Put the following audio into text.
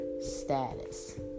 status